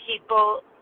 People